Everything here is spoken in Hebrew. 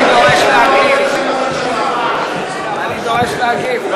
אני דורש להגיב, אני דורש להגיב.